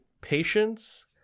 patience